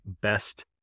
best